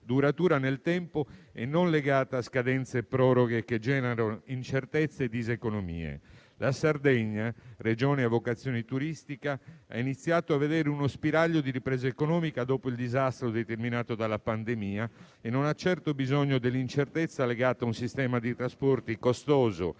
duratura nel tempo e non legata a scadenze e proroghe che generano incertezze e diseconomie. La Sardegna, Regione a vocazione turistica, ha iniziato a vedere uno spiraglio di ripresa economica dopo il disastro determinato dalla pandemia e non ha certo bisogno dell'incertezza legata a un sistema di trasporti costoso,